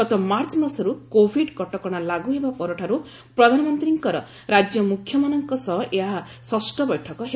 ଗତ ମାର୍ଚ୍ଚ ମାସରୁ କୋଭିଡ କଟକଣା ଲାଗୁହେବା ପରଠାରୁ ପ୍ରଧାନମନ୍ତ୍ରୀଙ୍କର ରାଜ୍ୟ ମୁଖ୍ୟମାନଙ୍କ ସହ ଏହା ଷଷ୍ଠ ବୈଠକ ହେବ